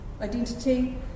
identity